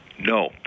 No